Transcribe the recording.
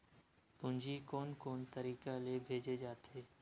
पूंजी कोन कोन तरीका ले भेजे जाथे?